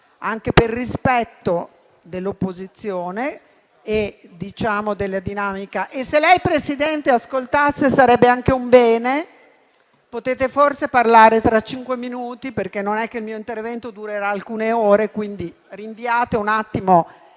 anche per rispetto dell'opposizione e diciamo della dinamica... Se lei, Presidente, ascoltasse sarebbe anche un bene. Potete forse parlare tra cinque minuti perché il mio intervento non durerà alcune ore. Rinviate un attimo